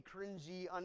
cringy